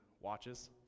watches